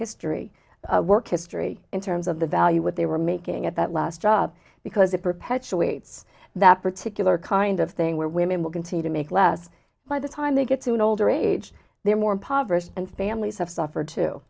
history work history in terms of the value what they were making at that last job because it perpetuates that particular kind of thing where women will continue to make less by the time they get to nolde or age they're more impoverished and families have suffered too